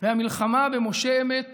והמלחמה במשה אמת